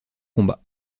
combat